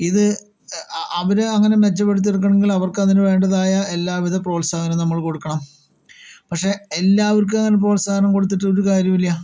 ഇത് അവര് അങ്ങനെ മെച്ചപ്പെടുത്തി എടുക്കണെങ്കില് അവർക്ക് അതിന് വേണ്ടുതായ എല്ലാവിധ പ്രോത്സാഹനവും നമ്മള് കൊടുക്കണം പക്ഷെ എല്ലാവർക്കും അങ്ങനെ പ്രോത്സാഹനം കൊടുത്തിട്ട് ഒരു കാര്യമില്ല